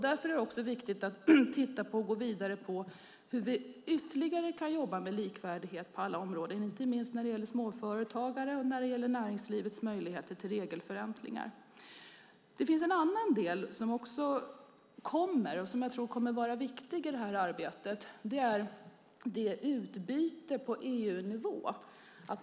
Därför är det också viktigt att titta på hur vi kan jobba vidare med frågan om likvärdighet på alla områden, inte minst när det gäller småföretagare och näringslivets möjligheter till regelförändringar. Det finns en annan del som jag tror kommer att vara viktig i arbetet, nämligen utbytet på EU-nivå.